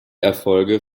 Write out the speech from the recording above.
erfolge